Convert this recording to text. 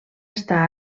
està